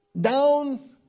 down